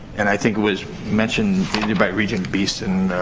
and i think it was mentioned by regent beeson,